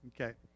Okay